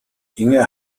inge